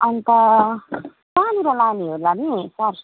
अन्त कहाँनिर लाने होला नि सर